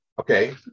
Okay